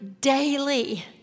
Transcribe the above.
daily